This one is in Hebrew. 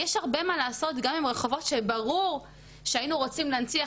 יש הרבה מה לעשות גם עם רחובות שברור שהיינו רוצים להנציח